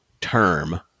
term